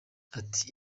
ati